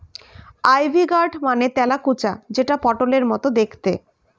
ivy gourd মানে তেলাকুচা যেটা পটলের মতো দেখতে